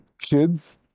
kids